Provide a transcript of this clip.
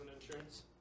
insurance